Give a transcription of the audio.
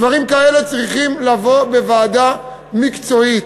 דברים כאלה צריכים לבוא מוועדה מקצועית.